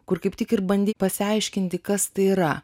kur kaip tik ir bandei pasiaiškinti kas tai yra